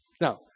Now